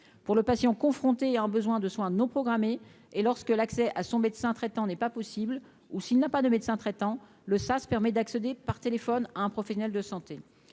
pour le patient, confronté à un besoin de soins non programmés et lorsque l'accès à son médecin traitant n'est pas possible, ou s'il n'a pas de médecin traitant le sas permet d'accéder par téléphone à un professionnel de santé,